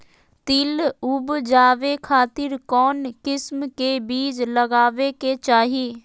तिल उबजाबे खातिर कौन किस्म के बीज लगावे के चाही?